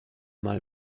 mal